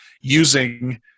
using